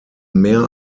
mehr